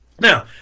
Now